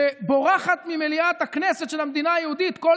שבורחת ממליאת הכנסת של המדינה היהודית כל